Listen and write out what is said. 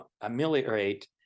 ameliorate